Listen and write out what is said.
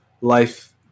life